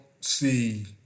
see